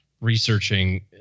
researching